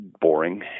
Boring